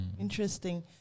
Interesting